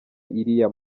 iriya